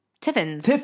Tiffins